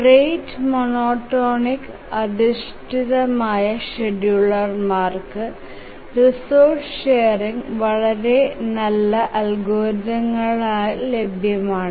rate monotonic അധിഷ്ഠിത ഷെഡ്യൂളർമാർക്ക് resource ഷെറിങ്നായി വളരെ നല്ല അൽഗോരിതങ്ങൾ ലഭ്യമാണ്